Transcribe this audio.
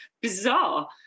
bizarre